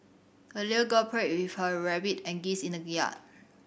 the little girl played with her rabbit and geese in the yard